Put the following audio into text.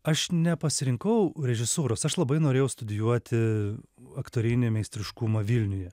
aš nepasirinkau režisūros aš labai norėjau studijuoti aktorinį meistriškumą vilniuje